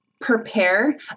prepare